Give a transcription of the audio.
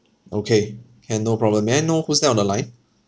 okay can no problem may I know who's that on the line